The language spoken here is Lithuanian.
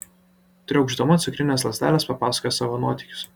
triaukšdama cukrines lazdeles papasakojo savo nuotykius